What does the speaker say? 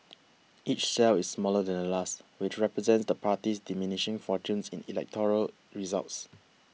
each cell is smaller than the last which represents the party's diminishing fortunes in electoral results